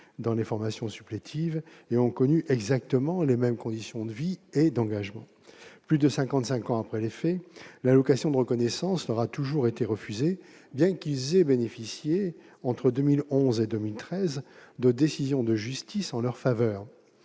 dans les formations supplétives et ont connu exactement les mêmes conditions de vie et d'engagement que leurs camarades musulmans. Pourtant, plus de 55 ans après les faits, l'allocation de reconnaissance leur est toujours refusée, bien qu'ils aient bénéficié, entre 2011 et 2013, de décisions de justice en leur faveur.